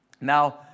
Now